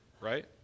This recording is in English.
right